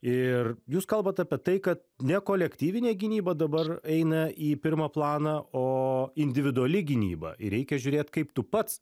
ir jūs kalbat apie tai kad ne kolektyvinė gynyba dabar eina į pirmą planą o individuali gynyba ir reikia žiūrėt kaip tu pats